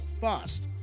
fast